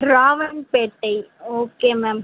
ராவண் பேட்டை okay ma'am